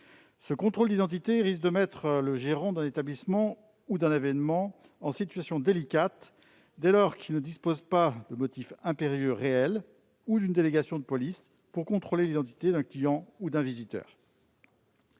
Ce « contrôle d'identité » risque de mettre le gérant d'un établissement ou d'un événement en situation délicate, dès lors qu'il ne dispose pas de motifs impérieux réels ou d'une délégation de police pour contrôler l'identité d'un client ou d'un visiteur.